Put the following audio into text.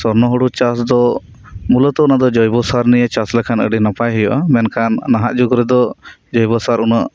ᱥᱚᱨᱱᱚ ᱦᱩᱲᱩ ᱪᱟᱥᱫᱚ ᱢᱩᱞᱚᱛᱚ ᱚᱱᱟᱫᱚ ᱡᱚᱭᱵᱚᱥᱟᱨ ᱱᱤᱭᱮ ᱪᱟᱥᱞᱮᱷᱟᱱ ᱟᱹᱰᱤ ᱱᱟᱭᱟᱯ ᱦᱩᱭᱩᱜ ᱟ ᱢᱮᱱᱠᱷᱟᱱ ᱱᱟᱦᱟᱜ ᱡᱩᱜ ᱨᱮᱫᱚ ᱡᱚᱭᱵᱚ ᱥᱟᱨ ᱩᱱᱟᱹᱜ